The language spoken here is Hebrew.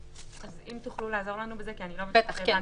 אם תוכלו לעזור לנו בזה, כי לא כל כך הבנתי.